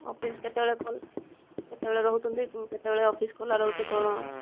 office କେତେବେଳେ ଖୋଲା କେତେବେଳେ ରହୁଛନ୍ତି କେତେବେଳେ ଅଫିସ ଖୋଲା ରହୁଛି କ'ଣ